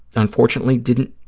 unfortunately, didn't